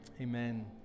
amen